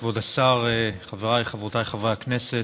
כבוד השר, חבריי וחברותיי חברי הכנסת,